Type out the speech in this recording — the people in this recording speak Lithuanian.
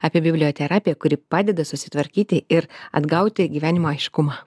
apie biblioterapiją kuri padeda susitvarkyti ir atgauti gyvenimo aiškumą